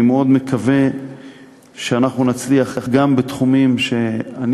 אני מאוד מקווה שאנחנו נצליח גם בתחומים שאני